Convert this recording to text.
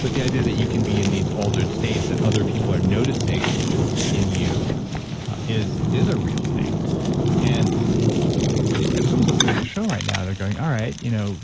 but the idea that you can be in these altered states that other people are noticing in you is is a real thing and if someone's listening to the show right now and they're going, all right, you know